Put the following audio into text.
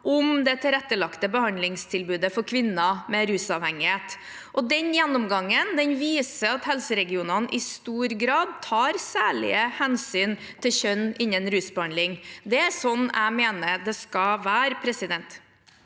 om det tilrettelagte behandlingstilbudet for kvinner med rusavhengighet. Den gjennomgangen viser at helseregionene i stor grad tar særlige hensyn til kjønn innen rusbehandling. Det er sånn jeg mener det skal være.